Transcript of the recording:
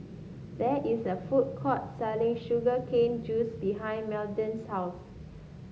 there is a food court selling Sugar Cane Juice behind Madden's house